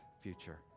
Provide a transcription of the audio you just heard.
future